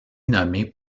nommées